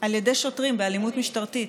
על ידי שוטרים באלימות משטרתית.